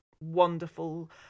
wonderful